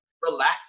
Relax